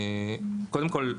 קודם כול,